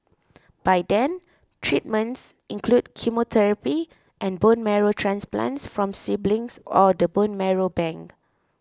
by then treatments include chemotherapy and bone marrow transplants from siblings or the bone marrow bank